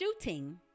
shooting